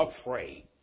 afraid